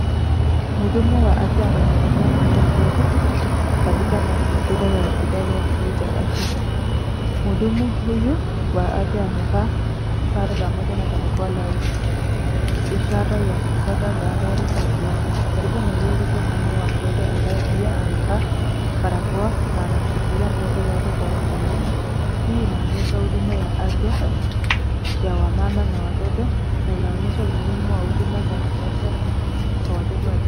Mhudumu wa afya anamhudumia mtoto mdogo katika mazingira ya hosipitali au kituo cha afya. Muhudumu huyu wa afya amevaa sare pamoja na barakoa la ishara ya kufuata tahadhari za kiafya. Karibu na yeye, iko mama wa mtoto ambaye pia, amevaa barakoa na anamshikilia mtoto wake kwa uangalifu. Hii inaonyesha huduma ya afya ya wamama na watoto na inaonyesha umuhimu wa huduma za kiafya kwa watoto wachanga.